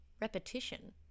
repetition